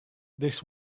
this